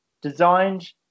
designed